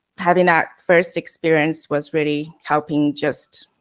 having that first experience was really helping just